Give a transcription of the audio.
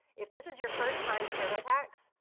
if this is your first time to turbotax,